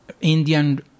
Indian